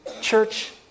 Church